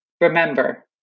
Remember